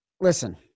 Listen